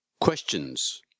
questions